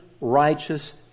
righteous